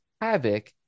Havoc